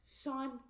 Sean